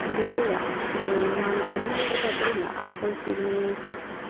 ಅದಿಕ್ಕೇ ಏನು ಮಾಡುದೆಂದು ನಂಗೆ ಗೊತ್ತಾಗ್ತ ಇಲ್ಲ ಆಕಳ ಸೆಗಣಿ